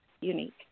unique